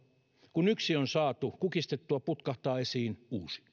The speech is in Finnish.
kun yksi on saatu kukistettua putkahtaa esiin uusi